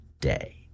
day